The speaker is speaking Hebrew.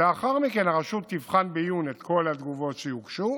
לאחר מכן הרשות תבחן בעיון את כל התגובות שיוגשו